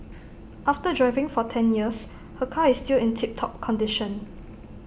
after driving for ten years her car is still in tip top condition